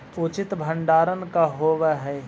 उचित भंडारण का होव हइ?